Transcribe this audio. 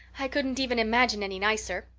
i couldn't even imagine any nicer.